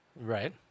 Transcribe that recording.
right